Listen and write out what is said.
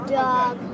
dog